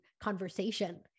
conversation